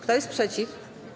Kto jest przeciw?